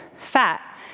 fat